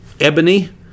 Ebony